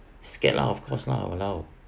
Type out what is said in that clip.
scared lah of course lah !walao!